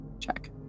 Check